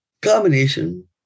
Combination